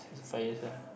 five years ya